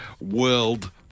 world